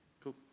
Cool